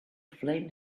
flame